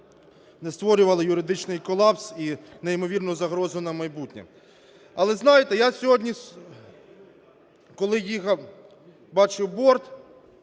не створювали юридичний колапс і неймовірну загрозу на майбутнє. Але знаєте, я сьогодні коли їхав, бачив борд